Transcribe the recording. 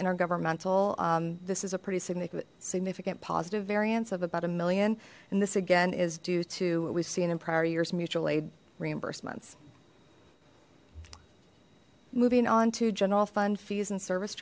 intergovernmental this is a pretty significant significant positive variance of about a million and this again is due to what we've seen in prior years mutual aid reimbursements moving on to general fund fees and service